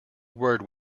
word